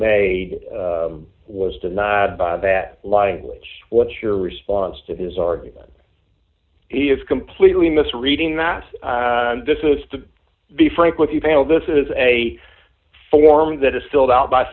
may was denied that language what's your response to his argument he is completely mis reading that this is to be frank with you panel this is a form that is filled out by